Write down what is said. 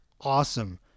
awesome